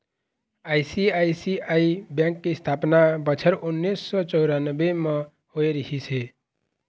ICICI bank के इस्थापना बछर उन्नीस सौ चउरानबे म होय रिहिस हे